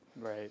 right